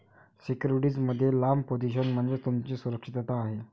security मध्ये लांब position म्हणजे तुमची सुरक्षितता आहे